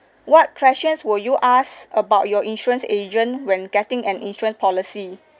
what questions will you ask about your insurance agent when getting an insurance policy